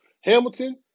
Hamilton